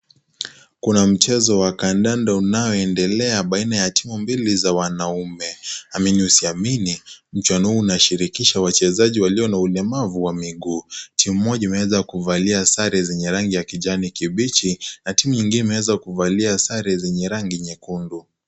Kuna mchezo wa kandanda unaondelea baina ya timu mbili za wanaume. Amini usiamini, mchezo huu unashirikisha wachezaji walio na ulemavu wa miguu. Timu moja imeweza kuvalia sare zenye rangi ya kijani kibichi, na timu nyingine imeweza kuvalia sare zenye rangi nyekundu.